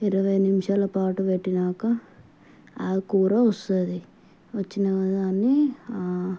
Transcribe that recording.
ఇరవై నిమిషాల పాటు పెట్టాక ఆ కూర వస్తుంది వచ్చినదాన్ని